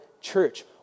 church